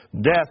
Death